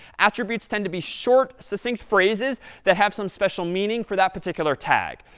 attributes tend to be short, succinct phrases that have some special meaning for that particular tag.